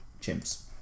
Chimps